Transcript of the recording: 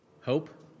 Hope